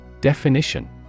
Definition